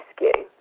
rescue